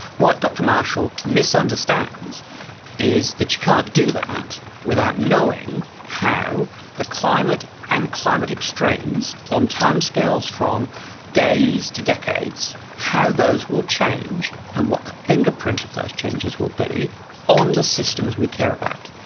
what dr marshall misunderstands is that you can't do that without knowing how the climate and climate extremes on time scales from days to decades, how those will change, and what the fingerprint of those changes will be on the systems we care about.